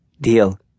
Deal